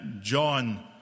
John